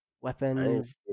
weapons